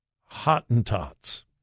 Hottentots